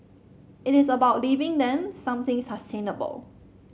it is about leaving them something sustainable